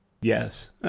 yes